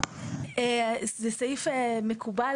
זה סעיף מקובל